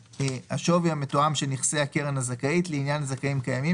השווי המתואם של נכסי הקרן הזכאית לעניין זכאים קיימים